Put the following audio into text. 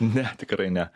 ne tikrai ne